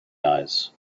eyes